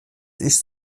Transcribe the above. ist